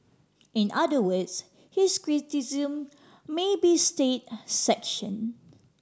in other words his criticism may be state sanction